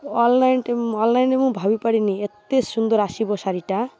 ଅନ୍ଲାଇନ୍ଟେ ଅନ୍ଲାଇନ୍ରେ ମୁଁ ଭାବି ପାରିନି ଏତେ ସୁନ୍ଦର ଆସିବ ଶାଢ଼ୀଟା